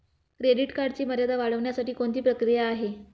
Credit कार्डची मर्यादा वाढवण्यासाठी कोणती प्रक्रिया आहे?